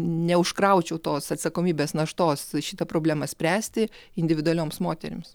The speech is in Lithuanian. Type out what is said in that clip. neužkraučiau tos atsakomybės naštos šitą problemą spręsti individualioms moterims